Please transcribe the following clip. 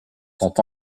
sont